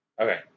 okay